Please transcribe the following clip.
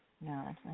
No